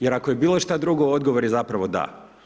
Jer ako je bilo šta drugo, odgovor je zapravo da.